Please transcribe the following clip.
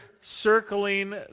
circling